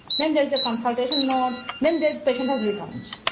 then there's a consultation on then the patient has returns.